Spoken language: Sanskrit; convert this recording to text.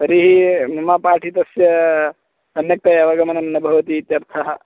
तर्हि मम पाठनस्य सम्यक्तया अवगमनं न भवति इत्यर्थः